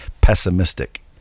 pessimistic